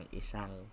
isang